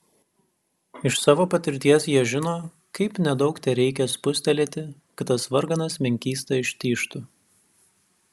iš savo patirties jie žino kaip nedaug tereikia spustelėti kad tas varganas menkysta ištižtų